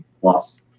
plus